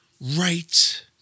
right